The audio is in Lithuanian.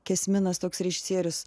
kesminas toks režisierius